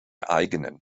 eigenen